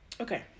Okay